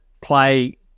play